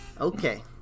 Okay